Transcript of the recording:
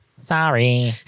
Sorry